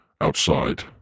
outside